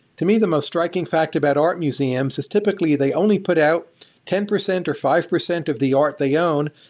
to me, the most striking fact about art museums is, typically, they only put out ten percent or five percent of the art they own.